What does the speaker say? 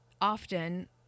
often